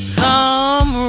come